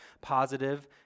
positive